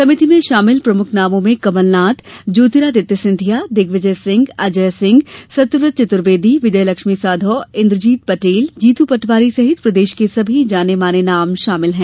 समिति में शामिल प्रमुख नामों में कमलनाथ ज्यातिरादित्य सिंधिया दिग्विजय सिंह अजय सिंह राहुल सत्यव्रत चतुर्वेदी विजयलक्ष्मी साधौ इन्द्रजीत पटेल जीतू पटवारी सहित प्रदेश के सभी जाने माने नाम शामिल हैं